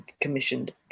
commissioned